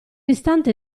istante